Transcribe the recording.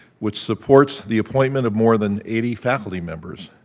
which supports the appointment of more than eighty faculty members.